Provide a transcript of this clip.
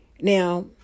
Now